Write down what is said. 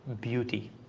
beauty